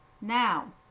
Now